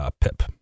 Pip